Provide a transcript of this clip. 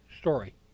story